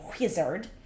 wizard